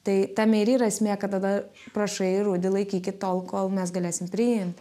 tai tame ir yra esmė kad tada prašai rudį laikykit tol kol mes galėsim priimti